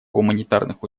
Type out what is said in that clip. гуманитарных